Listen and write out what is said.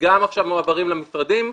וגם עכשיו מועברים למשרדים,